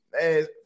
man